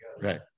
Right